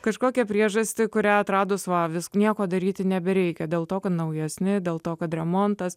kažkokią priežastį kurią atradus va vis nieko daryti nebereikia dėl to kad naujesni dėl to kad remontas